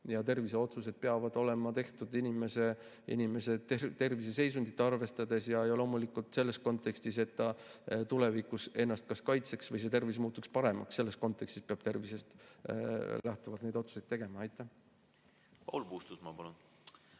Terviseotsused peavad olema tehtud inimese terviseseisundit arvestades ja loomulikult selles kontekstis, et ta tulevikus ennast kaitseks või tema tervis muutuks paremaks. Selles kontekstis peab tervisest lähtuvalt neid otsuseid tegema. Paul Puustusmaa, palun!